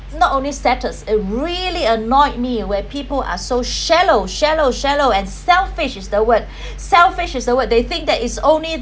it's not only status it really annoyed me where people are so shallow shallow shallow and selfish is the word selfish is the word they think that is only